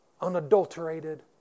unadulterated